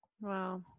Wow